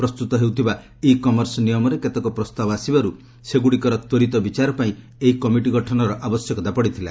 ପ୍ରସ୍ତୁତ ହେଉଥିବା e commerce ନିୟମରେ କେତେକ ପ୍ରସ୍ତାବ ଆସିବାରୁ ସେଗୁଡ଼ିକର ତ୍ୱରିତ ବିଚାର ପାଇଁ ଏହି କମିଟି ଗଠନର ଆବଶ୍ୟକତା ପଡ଼ିଥିଲା